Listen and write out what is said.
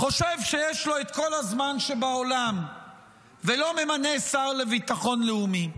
חושב שיש לו את כל הזמן שבעולם ולא ממנה שר לביטחון לאומי?